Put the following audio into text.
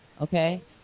okay